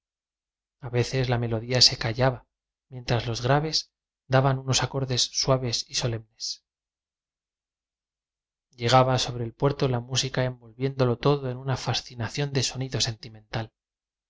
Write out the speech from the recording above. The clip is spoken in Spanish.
a veces la melodía se callaba mientras los graves da ban unos acordes suaves y solemnes llegaba sobre el puerto la música envol viéndolo todo en una fascinación de sonido sentimental